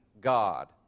God